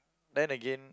then again